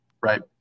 right